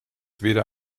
weder